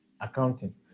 accounting